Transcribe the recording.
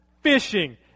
Fishing